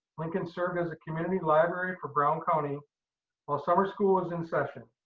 lincoln served as a community library for brown county while summer school was in session.